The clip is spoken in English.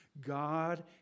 God